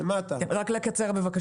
למטה --- רק לקצר בבקשה.